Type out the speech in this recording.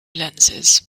lenses